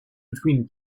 between